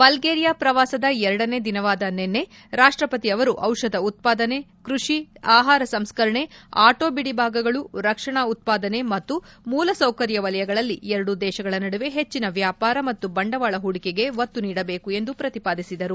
ಬಲ್ಲೇರಿಯ ಪ್ರವಾಸದ ಎರಡನೇ ದಿನವಾದ ನಿನ್ನೆ ರಾಷ್ಟ್ರಪತಿ ಅವರು ಔಷಧ ಉತ್ಸಾದನೆ ಕ್ವಡಿ ಆಹಾರ ಸಂಸ್ಕರಣೆ ಆಟೋ ಬಿದಿ ಭಾಗಗಳು ರಕ್ಷಣಾ ಉತ್ಪಾದನೆ ಮತ್ತು ಮೂಲಸೌಕರ್ಯ ವಲಯಗಳಲ್ಲಿ ಎರಡೂ ದೇಶಗಳ ನಡುವೆ ಹೆಚ್ಚಿನ ವ್ಯಾಪಾರ ಮತ್ತು ಬಂಡವಾಳ ಹೂಡಿಕೆಗೆ ಒತ್ತು ನೀಡಬೇಕು ಎಂದು ಪ್ರತಿಪಾದಿಸಿದರು